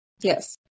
Yes